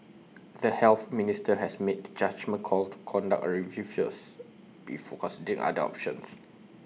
the health minister has made judgement call to conduct A review first before considering other options